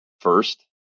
first